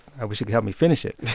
i wish you could help me finish it